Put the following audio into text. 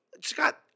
Scott